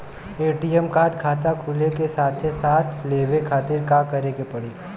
ATM card खाता खुले के साथे साथ लेवे खातिर का करे के पड़ी?